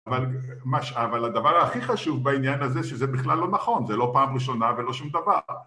אבל הדבר הכי חשוב בעניין הזה שזה בכלל לא נכון, זה לא פעם ראשונה ולא שום דבר